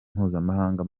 mpuzamahanga